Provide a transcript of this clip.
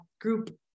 group